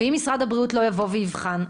ואם משרד הבריאות לא יבוא ויבחן,